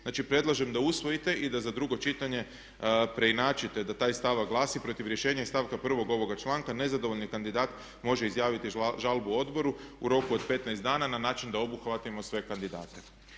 Znači, predlažem da usvojite i da za drugo čitanje preinačite da taj stavak glasi: „Protiv rješenja iz stavka prvog ovoga članka nezadovoljni kandidat može izjaviti žalbu odboru u roku od 15 dana na način da obuhvatimo sve kandidate.